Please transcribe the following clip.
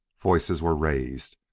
voices were raised.